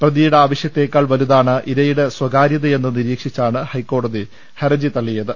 പ്രതിയുടെ ആവശ്യത്തേക്കാൾ വലുതാണ് ഇരയുടെ സ്ഥകാര്യതയെന്ന് നിരീക്ഷിച്ചാണ് ഹൈക്കോടതി ഹർജി തള്ളിയത്